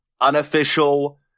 unofficial